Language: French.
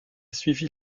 suivi